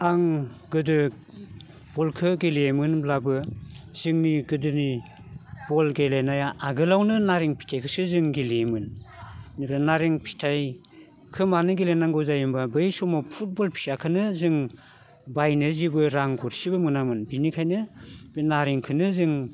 आं गोदो बलखौ गेलेयोमोनब्लाबो जोंनि गोदोनि बल गेलेनाया आगोलावनो नारें फिथायखौसो जों गेलेयोमोन ओमफ्राय नारें फिथायखौ मानो गेलेनांगौ जायो होनबा बै समाव फुटबल फिसाखौनो जों बायनो जेबो रां गरसेबो मोनामोन बेनिखायनो बे नारेंखौनो जों